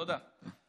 תודה.